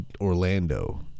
Orlando